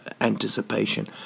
anticipation